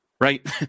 right